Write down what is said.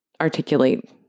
articulate